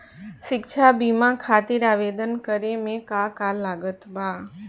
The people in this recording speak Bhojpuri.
शिक्षा बीमा खातिर आवेदन करे म का का लागत बा?